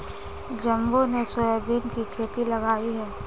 जम्बो ने सोयाबीन की खेती लगाई है